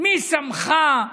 מי שמך?